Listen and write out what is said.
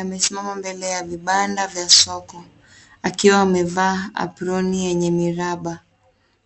...amesimama mbele ya vibanda vya soko akiwa amevaa aproni yenye miraba.